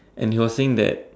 and he was saying that